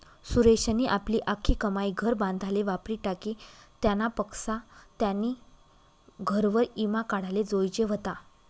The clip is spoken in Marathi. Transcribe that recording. सुरेशनी आपली आख्खी कमाई घर बांधाले वापरी टाकी, त्यानापक्सा त्यानी घरवर ईमा काढाले जोयजे व्हता